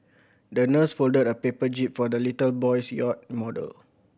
the nurse folded a paper jib for the little boy's yacht model